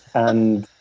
and